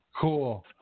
Cool